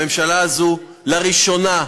הממשלה הזאת, לראשונה,